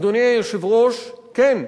אדוני היושב-ראש, כן,